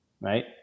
right